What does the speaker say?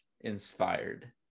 inspired